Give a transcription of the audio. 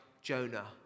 Jonah